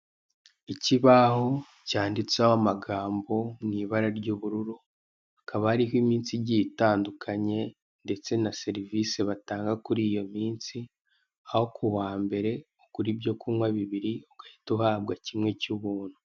Ikibaho cyanditseho amagambo mw'ibara ry'ubururu, hakaba hariho iminsi igiye itandukanye ndetse na serivise batanga kuri iyo minsi, aho ku wa mbere ugura ibyo kunywa bibiri ugahita uhabwa kimwe cy'ubuntu.